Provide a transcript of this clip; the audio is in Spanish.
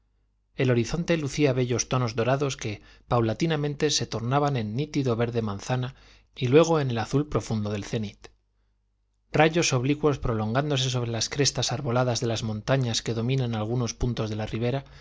el horizonte lucía bellos tonos dorados que paulatinamente se tornaban en nítido verde manzana y luego en el azul profundo del cenit rayos oblicuos prolongándose sobre las crestas arboladas de las montañas que dominan algunos puntos de la ribera